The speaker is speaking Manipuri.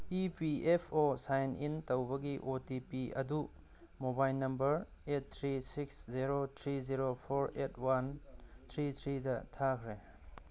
E P F O sign in ꯇꯧꯕꯒꯤ ꯑꯣ ꯇꯤ ꯄꯤ ꯑꯗꯨ mobile number eight three six zero three zero four eight one three ꯊ꯭ꯔꯤꯗ ꯊꯥꯈ꯭ꯔꯦ